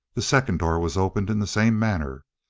the second door was opened in the same manner.